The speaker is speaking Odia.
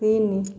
ତିନି